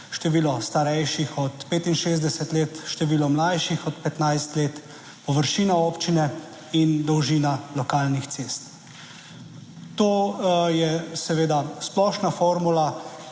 število starejših od 65 let, število mlajših od 15 let, površina občine in dolžina lokalnih cest. To je seveda splošna formula,